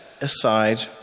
aside